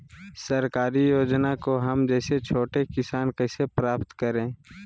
सरकारी योजना को हम जैसे छोटे किसान कैसे प्राप्त करें?